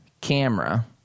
camera